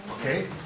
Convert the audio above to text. Okay